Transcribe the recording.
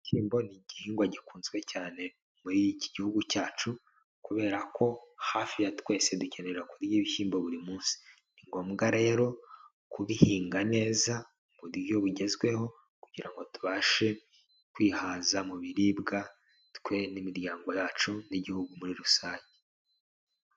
Ibishyimbo ni igihingwa gikunzwe cyane muri iki gihugu cyacu kubera ko hafi ya twese dukenera kurya kurya ibishyimbo buri munsi. Ni ngombwa rero kubihinga neza mu buryo bugezweho kugira ngo tubashe kwihaza mu biribwa twe n'imiryango yacu n'igihugu muri rusange.